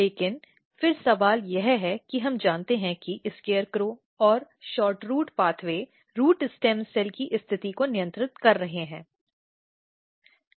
लेकिन फिर सवाल यह है कि हम जानते हैं कि SCARECROW और SHORTROOT pathway root stem cell की स्थिति को नियंत्रित कर रहे हैं